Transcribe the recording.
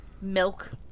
Milk